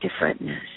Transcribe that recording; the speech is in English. differentness